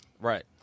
Right